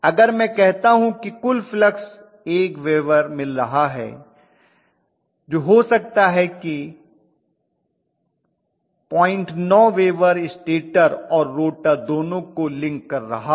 अगर मैं कहता हूं कि कुल फ्लक्स 1 वेबर मिल रहा है तो हो सकता है कि 09 वेबर स्टेटर और रोटर दोनों को लिंक कर रहा हो